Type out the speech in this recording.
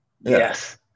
yes